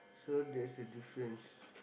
so that's the difference